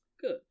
Good